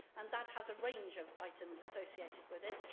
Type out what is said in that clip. and that has a range of items associated with it,